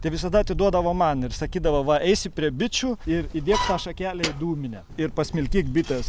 tai visada atiduodavo man ir sakydavo va eisi prie bičių ir įdėk tą šakelę į dūminę ir pasmilkyk bites